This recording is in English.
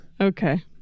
Okay